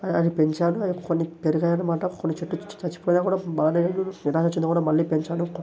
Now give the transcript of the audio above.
అవి పెంచాక కొన్ని పెరిగాయన్నమాట కొన్ని చెట్లు చచ్చిపోయినా కూడా బాధే నిదానంగా కూడా మళ్ళీ పెంచాను